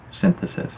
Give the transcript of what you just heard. synthesis